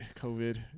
COVID